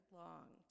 long